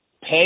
pay